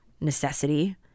necessity